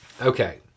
Okay